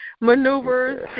maneuvers